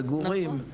מגורים,